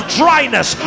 dryness